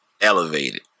elevated